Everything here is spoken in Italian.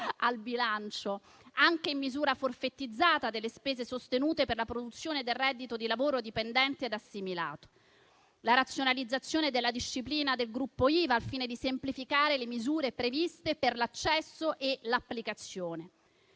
al bilancio - anche in misura forfetizzata, delle spese sostenute per la produzione del reddito di lavoro dipendente e assimilato, nonché la razionalizzazione della disciplina del gruppo IVA, al fine di semplificare le misure previste per l'accesso e l'applicazione.